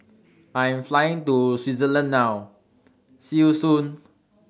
I Am Flying to Switzerland now See YOU Soon